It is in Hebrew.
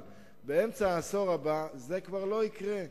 באמצע העשור הבא זה כבר לא יקרה.